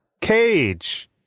Cage